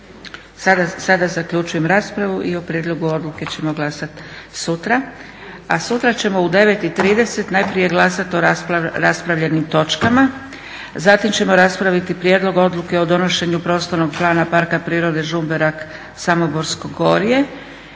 Sada zaključujem raspravu l o prijedlogu odluke ćemo glasati sutra. A sutra ćemo u 9,30 najprije glasati o raspravljenim točkama, zatim ćemo raspraviti prijedlog Odluke o donošenju prostornog plana Parka prirode Žumberak-Samoborsko gorje